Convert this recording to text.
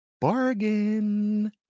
Bargain